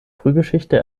frühgeschichte